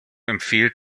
empfiehlt